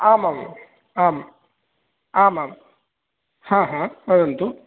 आमाम् आम् आमां वदन्तु